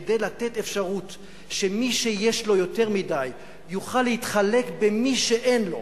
כדי לתת אפשרות שמי שיש לו יותר מדי יוכל להתחלק עם מי שאין לו.